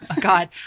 god